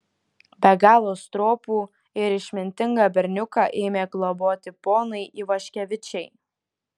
be galo stropų ir išmintingą berniuką ėmė globoti ponai ivaškevičiai